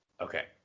Okay